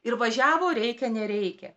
ir važiavo reikia nereikia